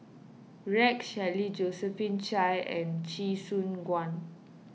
Rex Shelley Josephine Chia and Chee Soon Juan